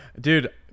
Dude